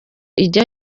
ijya